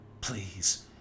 Please